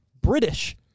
British